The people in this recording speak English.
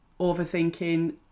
overthinking